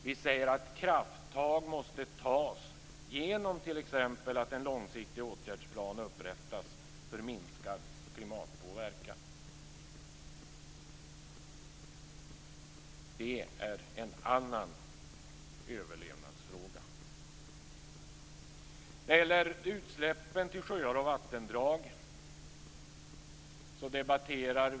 Vi säger att krafttag måste tas genom att t.ex. en långsiktig åtgärdsplan upprättas för minskad klimatpåverkan. Det är en annan överlevnadsfråga. Eller ta utsläppen till sjöar och vattendrag!